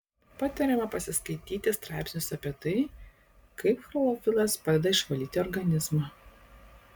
patariama pasiskaityti straipsnius apie tai kaip chlorofilas padeda išvalyti organizmą